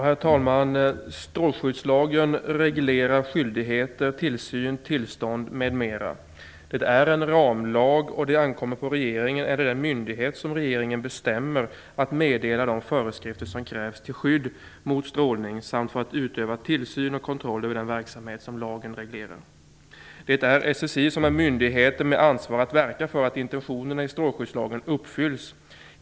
Herr talman! Strålskyddslagen reglerar skyldigheter, tillsyn, tillstånd m.m. Den är en ramlag, och det ankommer på regeringen eller den myndighet som regeringen bestämmer att meddela de föreskrifter som krävs till skydd mot strålning samt för att utöva tillsyn och kontroll av den verksamhet som lagen reglerar. Det är SSI som är den myndighet som har ansvaret för att verka för att intentionerna i strålskyddslagen uppfylls.